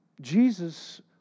Jesus